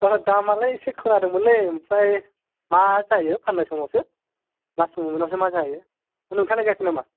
ओ दामालाय एसे खोनादोंमोनलै ओमफ्राय मा जायो फाननाय समावसो लास्त ममेन्टावसो मा जाहैयो आमफ्राय नोंथाङालाय गायाखै नामा